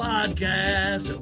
Podcast